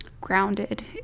grounded